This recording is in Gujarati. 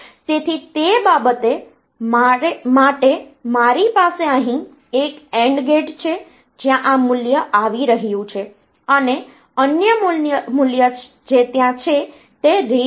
તેથી તે બાબતે માટે મારી પાસે અહીં 1 AND ગેટ છે જ્યાં આ મૂલ્ય આવી રહ્યું છે અને અન્ય મૂલ્ય જે ત્યાં છે તે રીડ છે